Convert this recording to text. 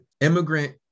immigrant